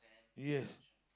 yes